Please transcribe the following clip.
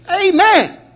Amen